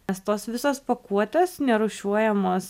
nes tos visos pakuotės nerūšiuojamos